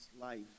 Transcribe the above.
life